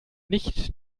nicht